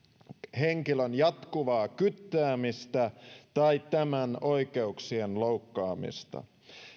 henkilön jatkuvaa kyttäämistä tai tämän oikeuksien loukkaamista